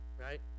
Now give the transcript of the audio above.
Right